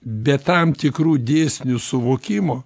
be tam tikrų dėsnių suvokimo